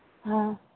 ꯑꯥ